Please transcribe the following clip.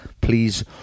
please